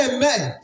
Amen